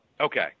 Okay